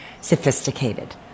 sophisticated